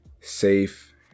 safe